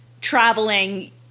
traveling